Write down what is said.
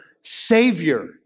Savior